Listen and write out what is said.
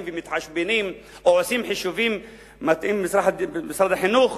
ומתחשבנים או עושים חישובים במשרד החינוך,